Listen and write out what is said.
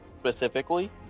specifically